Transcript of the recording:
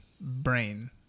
brain